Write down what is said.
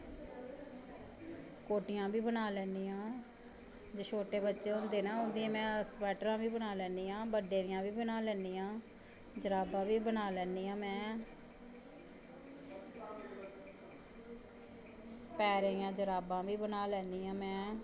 कोटियां बी में बनाई लैन्नियां शोटे बच्चे होंदे नै उंदी सबैट्टरां बी में बनाई लैन्नी ऐं बड्डें दियां बी बना लैन्नी आं जराबां बी बना लैन्नी आं में पैरें दियां जराबां बी बना लैन्नी आं में